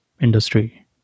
industry